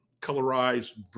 colorized